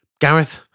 Gareth